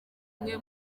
umwe